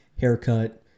haircut